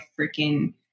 freaking